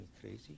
crazy